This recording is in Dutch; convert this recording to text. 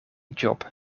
job